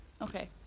Okay